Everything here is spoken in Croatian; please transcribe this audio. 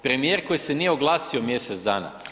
Premijer koji se nije oglasio mjesec dana.